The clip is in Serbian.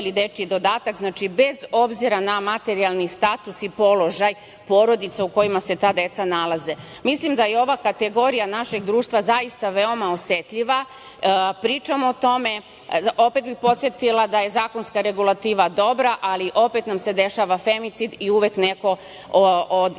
dodeli dečji dodatak, znači, bez obzira na materijalni status i položaj porodica u kojima se ta deca nalaze. Mislim da je ova kategorija našeg društva zaista veoma osetljiva, pričam o tome. Opet bih podsetila da je zakonska regulativa dobra, ali opet nam se dešava femicid i uvek neko od